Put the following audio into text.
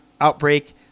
outbreak